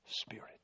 spirit